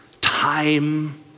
time